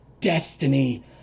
destiny